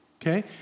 Okay